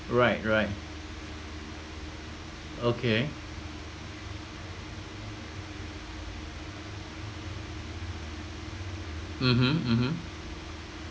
right right okay mmhmm mmhmm